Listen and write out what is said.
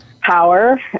power